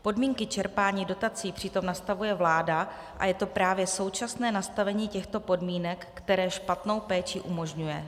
Podmínky čerpání dotací přitom nastavuje vláda a je to právě současné nastavení těchto podmínek, které špatnou péči umožňuje.